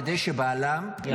כדי שבעלה ימשיך ללמוד.